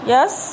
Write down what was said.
Yes